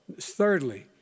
thirdly